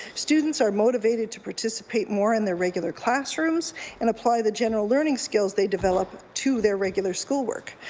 students are motivated to participate more in their regular classrooms and apply the general learning skills they develop to their regular school work.